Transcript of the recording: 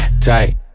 tight